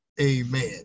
amen